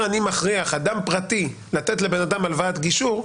אני מכריח אדם פרטי לתת לבן אדם הלוואת גישור,